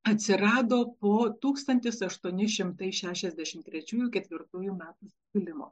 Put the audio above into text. atsirado po tūkstantis aštuoni šimtai šešiasdešimt trečiųjų ketvirtųjų metų sukilimo